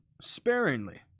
sparingly